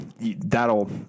that'll